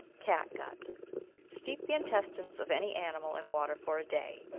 catgut steep the intestines of any animal in water for a day,